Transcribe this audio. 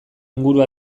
inguru